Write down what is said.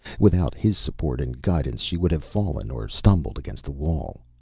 without his support and guidance she would have fallen or stumbled against the wall.